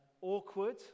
awkward